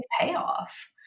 payoff